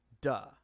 Duh